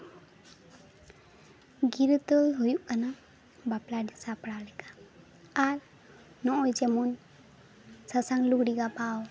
ᱜᱤᱨᱟᱹ ᱛᱚᱞ ᱦᱩᱭᱩᱜ ᱠᱟᱱᱟ ᱵᱟᱯᱞᱟ ᱨᱮ ᱥᱟᱯᱲᱟᱣ ᱞᱮᱠᱟ ᱟᱨ ᱱᱚᱜᱼᱚᱭ ᱡᱮᱢᱚᱱ ᱥᱟᱥᱟᱝ ᱞᱩᱜᱽᱲᱤᱡ ᱜᱟᱵᱟᱣ